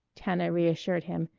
tana reassured him.